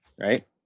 right